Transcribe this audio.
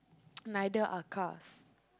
neither are cars